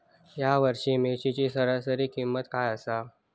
या वर्षात मिरचीची सरासरी किंमत काय आसा?